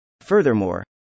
Furthermore